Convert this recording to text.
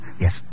Yes